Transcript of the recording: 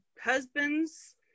husbands